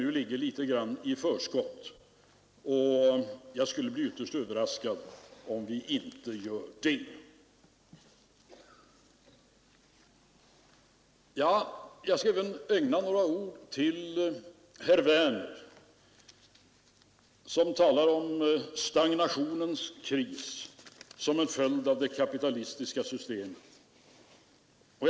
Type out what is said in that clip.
Vi ligger nu litet före. Jag skulle bli ytterst överraskad om vi inte klarar av det. Jag skall även säga några ord till herr Werner, som talar om stagnationens kris som en följd av det kapitalistiska systemet.